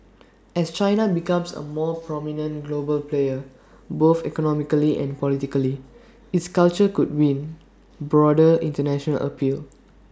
as China becomes A more prominent global player both economically and politically its culture could win broader International appeal